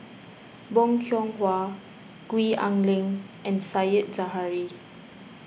Bong Hiong Hwa Gwee Ah Leng and Said Zahari